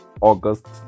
august